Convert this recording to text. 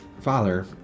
father